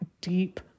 deep